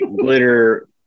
glitter